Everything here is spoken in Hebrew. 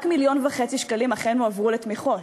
רק 1.5 מיליון שקלים אכן הועברו לתמיכות.